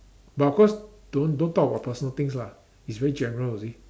but of course don't don't talk about personal thigns lah it's very general you see